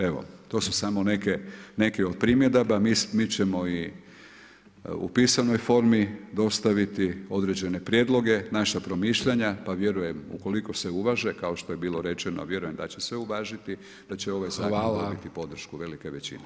Evo to su samo neki od primjedaba, mi ćemo u pisanoj formi dostaviti određene prijedloge, naša promišljanja pa vjerujem ukoliko se uvaže kao što je bilo rečeno, a vjerujem da će se uvažiti da će ovaj zakon dobiti podršku velike većina.